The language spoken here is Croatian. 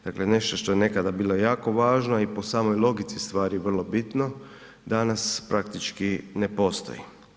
Dakle nešto što je nekada bilo jako važno i po samoj logici stvari vrlo bitno danas praktički ne postoji.